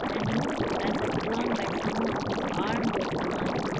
and move as if drawn by some one whose arm was in mine,